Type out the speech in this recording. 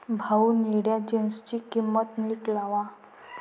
भाऊ, निळ्या जीन्सची किंमत नीट लावा